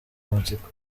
amatsiko